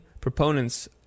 proponents